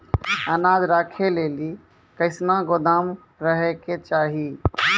अनाज राखै लेली कैसनौ गोदाम रहै के चाही?